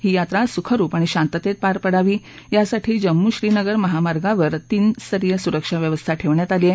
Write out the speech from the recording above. ही यात्रा सुखरुप आणि शांततेत पार पडावी यासाठी जम्मू श्रीनगर महामार्गावर तीन स्तरीय सुरक्षा व्यवस्था ठेवण्यात आली आहे